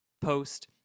post